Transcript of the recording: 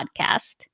podcast